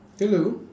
hello